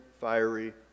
fiery